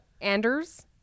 anders